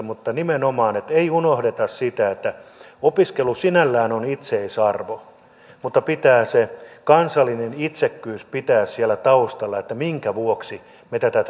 mutta nimenomaan ei unohdeta sitä että opiskelu sinällään on itseisarvo mutta pitää se kansallinen itsekkyys pitää siellä taustalla että minkä vuoksi me tätä teemme